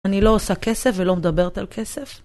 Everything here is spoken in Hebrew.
אני לא עושה כסף ולא מדברת על כסף.